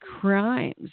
crimes